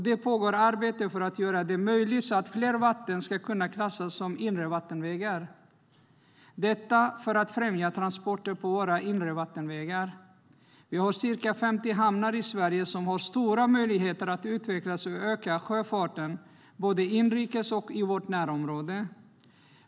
Det pågår arbete för att göra det möjligt för fler vatten att klassas som inre vattenvägar, detta för att främja transporter på våra inre vattenvägar. Vi har ca 50 hamnar i Sverige som har stora möjligheter att utvecklas och göra så att sjöfarten ökar både inrikes och i vårt närområde.